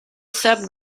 sub